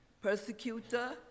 persecutor